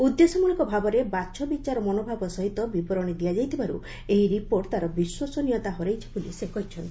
ଉଦ୍ଦେଶ୍ୟମୂଳକ ଭାବରେ ବାଛବିଚାର ମନୋଭାବ ସହିତ ବିବରଣୀ ଦିଆଯାଇଥିବାରୁ ଏହି ରିପୋର୍ଟ ତା'ର ବିଶ୍ୱସନୀୟତା ହରେଇଛି ବୋଲି ସେ କହିଚ୍ଛନ୍ତି